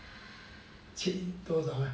七多少啊